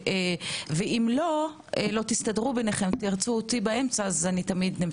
ואם לא תסתדרו, ותרצו אותי באמצע אני כאן תמיד.